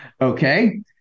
Okay